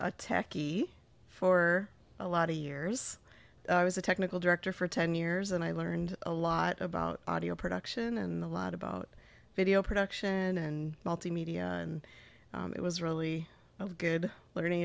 a techie for a lot of years i was a technical director for ten years and i learned a lot about audio production and a lot about video production and multimedia and it was really a good learning